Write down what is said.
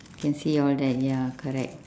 can see all that ya correct